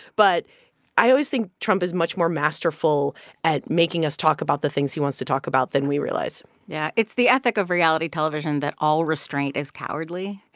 but i always think trump is much more masterful at making us talk about the things he wants to talk about than we realize yeah, it's the ethic of reality television that all restraint is cowardly.